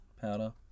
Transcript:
powder